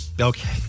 okay